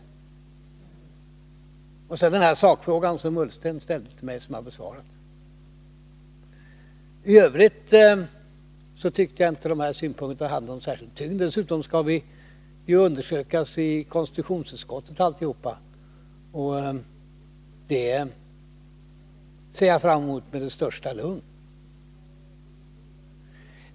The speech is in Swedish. Intressant var också den sakfråga som Ola Ullsten ställde och som jag besvarade. I övrigt tyckte jag inte att synpunkterna hade någon särskild tyngd. Dessutom skall vi alla utfrågas i konstitutionsutskottet. Det ser jag fram emot med det största lugn.